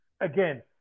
again